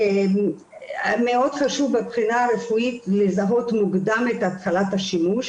מאוד חשוב מבחינה רפואית לזהות מוקדם את התחלת השימוש,